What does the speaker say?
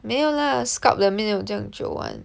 没有啦 scalp 的没有这样久 [one]